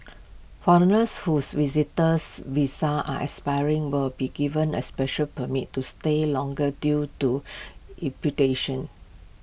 foreigners whose visitors visas are expiring will be given A special permit to stay longer due to